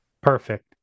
Perfect